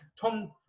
Tom